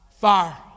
Fire